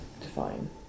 define